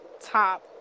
top